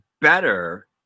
better